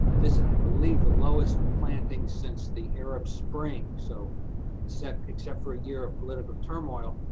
this, i believe, the lowest planting since the arab spring, so except except for a year of political turmoil,